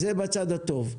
זה בצד הטוב.